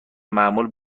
معمول